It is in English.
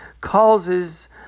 causes